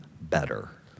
better